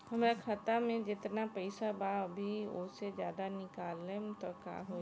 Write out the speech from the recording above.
हमरा खाता मे जेतना पईसा बा अभीओसे ज्यादा निकालेम त का होई?